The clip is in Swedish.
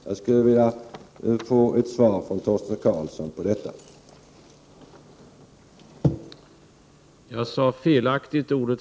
Jag skulle vilja få ett svar från Torsten Karlsson på den punkten.